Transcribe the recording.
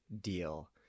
deal